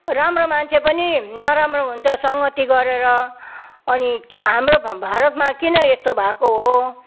राम्रो मान्छे पनि नराम्रो हुन्छ सङ्गती गरेर अनि हाम्रो भारतमा किन यस्तो भएको हो